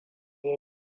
ya